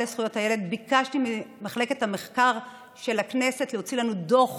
לזכויות הילד ביקשתי ממחלקת המחקר של הכנסת להוציא לנו דוח